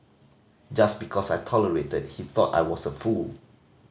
just because I tolerated he thought I was a fool